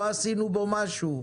לא עשינו בו משהו.